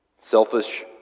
selfish